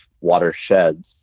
watersheds